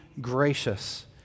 gracious